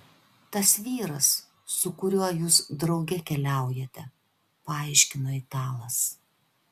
tas vyras su kuriuo jūs drauge keliaujate paaiškino italas